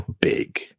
big